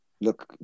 Look